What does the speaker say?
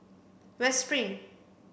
West Spring